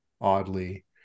oddly